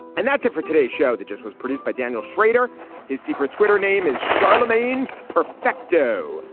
and that's it for today's show that just was produced by daniel schrader his secret twitter name is charlemagne perfecto.